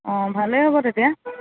অ ভালেই হ'ব তেতিয়া